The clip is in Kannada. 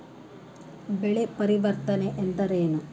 ಬೆಳೆ ಪರಿವರ್ತನೆ ಎಂದರೇನು?